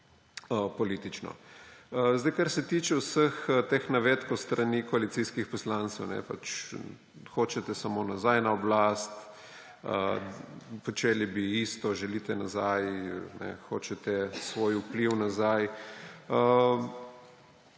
politično. Kar se tiče vseh teh navedb od strani koalicijskih poslancev, »hočete samo nazaj na oblast, počeli bi isto, želite nazaj, hočete svoj vpliv nazaj